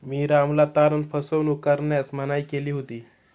मी रामला तारण फसवणूक करण्यास मनाई केली होती